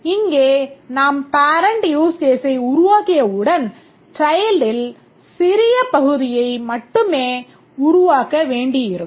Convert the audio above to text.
இங்கே நாம் parent use case ஐ உருவாக்கியவுடன் childல் சிறிய பகுதியை மட்டுமே உருவாக்க வேண்டியிருக்கும்